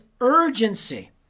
urgency